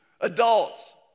adults